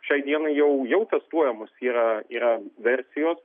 šiai dienai jau testuojamos yra yraversijos